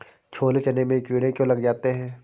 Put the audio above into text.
छोले चने में कीड़े क्यो लग जाते हैं?